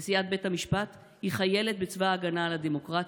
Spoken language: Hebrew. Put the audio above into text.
נשיאת בית המשפט היא חיילת בצבא ההגנה על הדמוקרטיה.